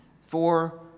four